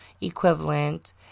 equivalent